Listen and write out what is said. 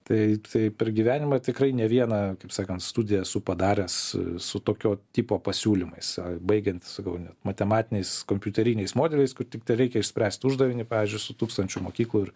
tai tai per gyvenimą tikrai ne vieną kaip sakant studiją esu padaręs su tokio tipo pasiūlymais baigiant sakau net matematiniais kompiuteriniais modeliais kur tik tereikia išspręst uždavinį pavyzdžiui su tūkstančiu mokyklų ir